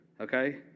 okay